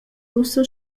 ussa